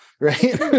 right